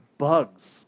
bugs